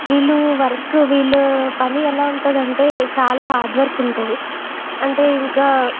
వీళ్ళు వుర్క్ వీళ్ళ పని ఎలా ఉంటుంది అంటే చాలా హార్డు వర్క్ ఉంటుంది అంటే ఇంకా